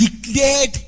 declared